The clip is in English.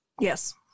Yes